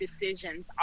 decisions